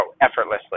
effortlessly